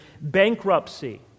bankruptcy